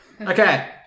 Okay